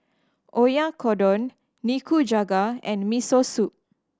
Oyakodon Nikujaga and Miso Soup